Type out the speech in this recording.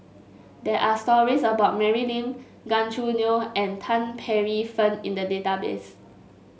there are stories about Mary Lim Gan Choo Neo and Tan Paey Fern in the database